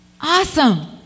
Awesome